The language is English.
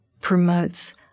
promotes